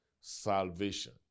Salvation